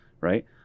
right